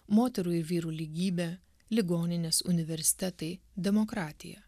moterų ir vyrų lygybė ligoninės universitetai demokratija